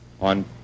on